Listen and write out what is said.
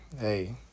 hey